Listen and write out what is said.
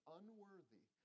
unworthy